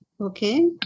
Okay